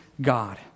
God